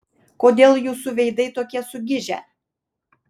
kodėl jūsų veidai tokie sugižę